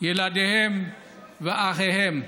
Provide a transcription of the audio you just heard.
ילדיהם ואחיהם,